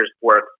work